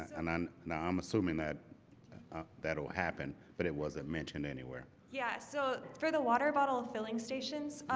and then now i'm assuming that that will happen but it wasn't mentioned anywhere. yeah, so for the water bottle filling stations,